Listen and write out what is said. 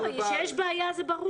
שיש בעיה זה ברור.